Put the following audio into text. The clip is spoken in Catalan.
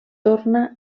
torna